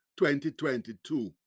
2022